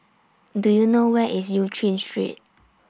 Do YOU know Where IS EU Chin Street